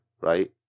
right